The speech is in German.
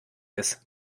ist